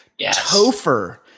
Topher